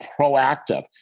proactive